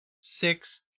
six